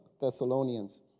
Thessalonians